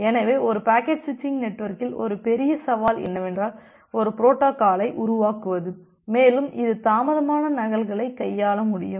எனவே ஒரு packet switching நெட்வொர்க்கில் ஒரு பெரிய சவால் என்னவென்றால் ஒரு புரோட்டோகாலை உருவாக்குவது மேலும் இது தாமதமான நகல்களைக் கையாள முடியும்